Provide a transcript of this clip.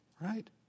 right